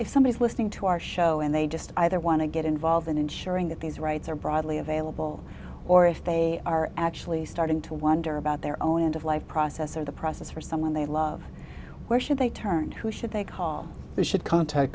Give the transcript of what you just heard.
if somebody's listening to our show and they just either want to get involved in ensuring that these rights are broadly available or if they are actually starting to wonder about their own end of life process or the process for someone they love where should they turn who should